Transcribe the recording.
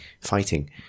fighting